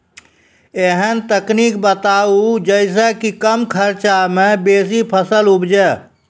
ऐहन तकनीक बताऊ जै सऽ कम खर्च मे बेसी फसल उपजे?